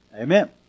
Amen